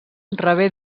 rebé